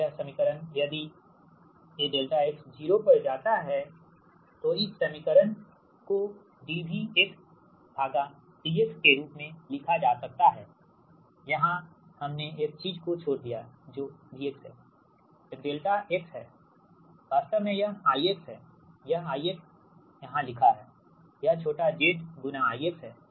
यह समीकरण यदि ∆x 0 पर जाता है तो इस समीकरण को dVdx के रूप में लिखा जा सकता है यहाँ हमने एक चीज़ को छोड़ दिया है जो V है एक ∆x है वास्तव में यह I है यह I है यहाँ लिखा है यह छोटा z I है ठीक